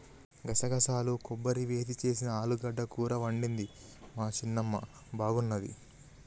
గసగసాలు కొబ్బరి వేసి చేసిన ఆలుగడ్డ కూర వండింది మా చిన్నమ్మ బాగున్నది